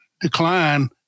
decline